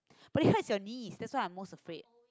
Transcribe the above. but it hurts your knee that's what I'm most afraid